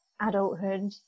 adulthood